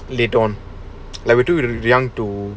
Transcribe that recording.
they don't like we too in young to